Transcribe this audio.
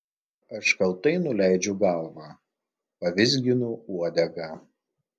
aš kaltai nuleidžiu galvą pavizginu uodegą